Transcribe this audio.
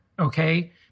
okay